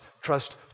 trust